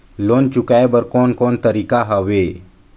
Loan चुकाए बर कोन कोन तरीका हवे?